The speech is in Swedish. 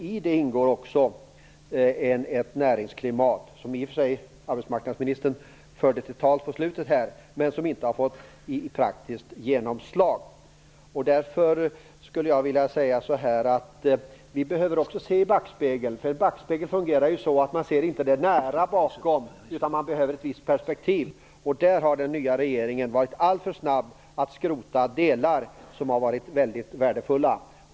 I det ingår också ett näringsklimat som arbetsmarknadsministern i och för sig förde på tal på slutet, men som inte har fått praktiskt genomslag. Vi behöver också se i backspegeln. En backspegel fungerar ju så, att man inte ser det som är nära bakom. Man behöver ett visst perspektiv. Den nya regeringen har varit alltför snabb att skrota delar som har varit väldigt värdefulla.